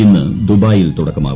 ഇന്ന് ദുബായിൽ തുടക്കമാകും